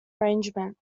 arrangement